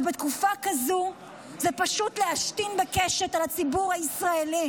בתקופה כזו זה פשוט להשתין בקשת על הציבור הישראלי.